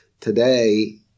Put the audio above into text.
today